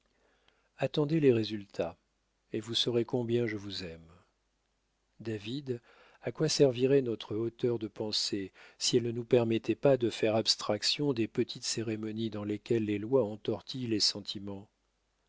attendez les résultats et vous saurez combien je vous aime david à quoi servirait notre hauteur de pensée si elle ne nous permettait pas de faire abstraction des petites cérémonies dans lesquelles les lois entortillent les sentiments